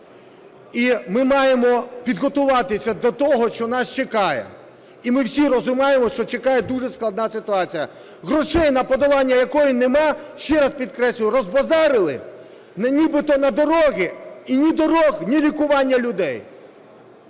І ми маємо підготуватися до того, що нас чекає. І ми всі розуміємо, що чекає дуже складна ситуація, грошей на подолання якої немає. Ще раз підкреслюю, розбазарили нібито на дороги – і ні доріг, ні лікування людей.